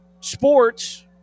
sports